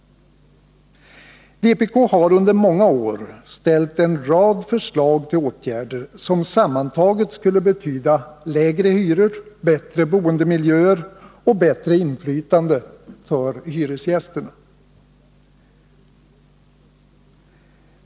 Vpk har under många år lagt fram en rad förslag till åtgärder som sammantaget skulle betyda lägre hyror, bättre boendemiljöer och bättre inflytande för hyresgästerna.